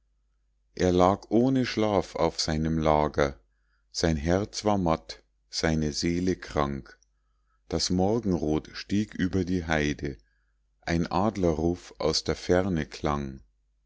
er lag ohne schlaf auf seinem lager sein herz war matt seine seele krank das morgenrot stieg über die heide ein adlerruf aus der ferne klang